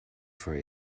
for